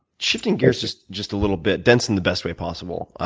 shifting gears just just a little bit. dense in the best way possible.